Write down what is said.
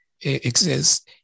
exists